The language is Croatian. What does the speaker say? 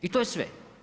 I to je sve.